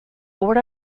board